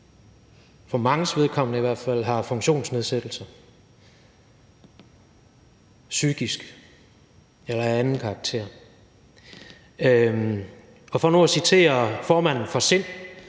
for manges vedkommende – har funktionsnedsættelser af psykisk eller af anden karakter. Og for nu at citere formanden for SIND,